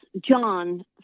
John